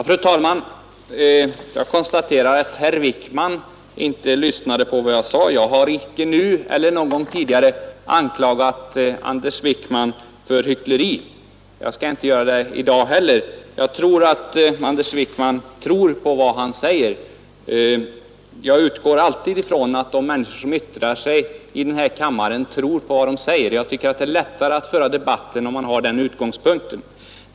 Fru talman! Jag konstaterar att herr Wijkman inte lyssnade på vad jag sade. Jag har inte — nu eller någon gång tidigare — anklagat Anders Wijkman för hyckleri, och jag skall inte göra det i dag heller. Jag tror att Anders Wijkman tror på vad han säger, och jag utgår alltid från att de människor som yttrar sig i den här kammaren gör det. Jag tycker det är lättare att föra debatten om man har den utgångspunkten.